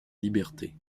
liberté